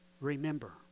Remember